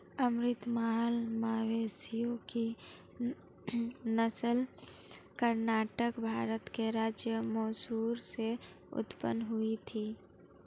अमृत महल मवेशियों की नस्ल कर्नाटक, भारत के राज्य मैसूर से उत्पन्न हुई थी